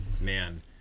man